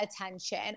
attention